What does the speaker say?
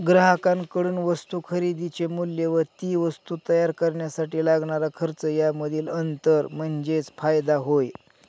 ग्राहकांकडून वस्तू खरेदीचे मूल्य व ती वस्तू तयार करण्यासाठी लागणारा खर्च यामधील अंतर म्हणजे फायदा होय